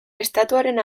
estatuaren